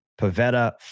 Pavetta